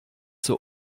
zur